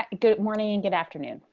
good morning and good afternoon.